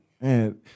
man